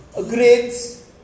grades